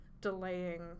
delaying